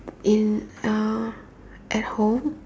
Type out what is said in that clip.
in uh at home